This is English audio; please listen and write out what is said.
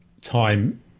time